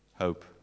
hope